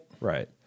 Right